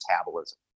metabolism